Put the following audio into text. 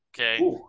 Okay